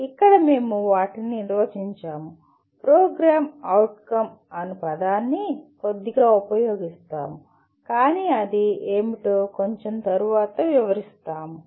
ఇక్కడ మేము వీటిని నిర్వచించాము ప్రోగ్రామ్ అవుట్కమ్ అను పదాన్ని కొద్దిగా ఉపయోగిస్తాము కానీ అది ఏమిటో కొంచెం తరువాత వివరిస్తాము